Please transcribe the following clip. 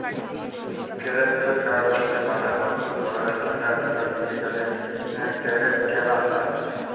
কেরেপ্তকারেলসি মালে লতুল ধরলের টাকা যেট ডিজিটালি টেরেড ক্যরা হ্যয়